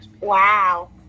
Wow